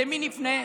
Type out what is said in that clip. למי נפנה?